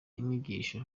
inyigisho